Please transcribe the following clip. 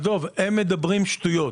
עזוב, הם מדברים שטויות,